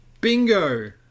Bingo